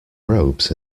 robes